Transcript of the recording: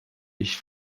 ich